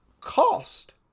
cost